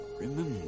remember